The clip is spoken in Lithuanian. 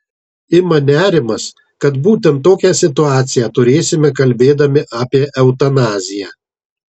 ima nerimas kad būtent tokią situaciją turėsime kalbėdami apie eutanaziją